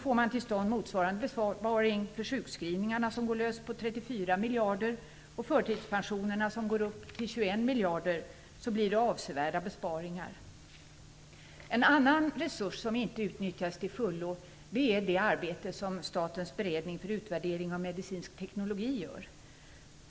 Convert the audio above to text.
Får man till stånd en motsvarande besparing för sjukskrivningarna, som går löst på 34 miljarder, och förtidspensionerna, som uppgår till 21 miljarder, blir det avsevärda besparingar. En annan resurs som inte utnyttjas till fullo är det arbete som Statens beredning för utvärdering av medicinsk metodik gör.